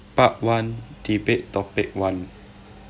part one debate topic one